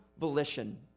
volition